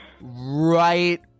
right